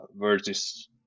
versus